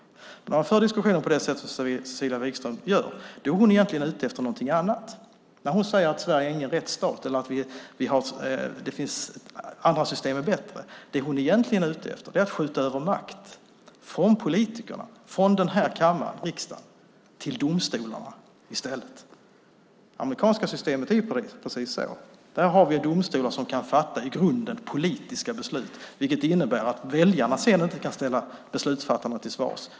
När Cecilia Wigström för diskussionen på det sätt hon gör är hon egentligen ute efter något annat. När hon säger att Sverige inte är någon rättsstat, eller att det finns andra system som är bättre, är hon egentligen ute efter att skjuta över makt från politikerna, från den här kammaren, från riksdagen, till domstolarna. Precis så är det i det amerikanska systemet. Där har vi domstolar som kan fatta i grunden politiska beslut, vilket innebär att väljarna sedan inte kan ställa beslutsfattarna till svars.